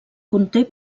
conté